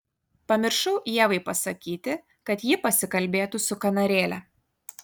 pamiršau ievai pasakyti kad ji pasikalbėtų su kanarėle